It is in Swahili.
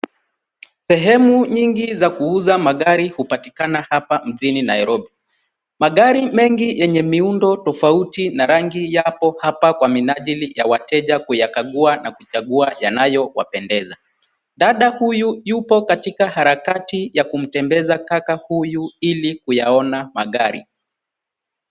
Sehemu nyingi za kuuza magari hupatikana hapa mjini Nairobi. Magari mengi yenye miundo tofauti na rangi yapo hapa kwa minajili ya wateja kuyakagua na kuchagua yanayo wapendeza . Dada huyu yupo katika harakati ya kumtembeza kaka huyu ili kuyaona magari.